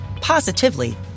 positively